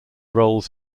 roles